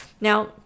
Now